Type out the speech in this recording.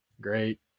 great